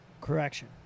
correction